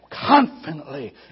confidently